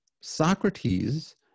Socrates